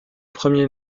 premier